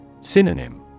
Synonym